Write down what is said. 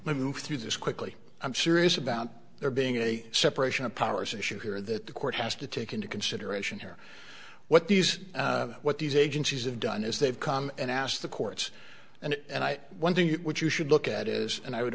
me move through this quickly i'm serious about there being a separation of powers issue here that the court has to take into consideration here what these what these agencies have done is they've come and asked the courts and and i one thing which you should look at is and i would